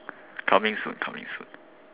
coming soon coming soon